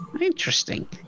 Interesting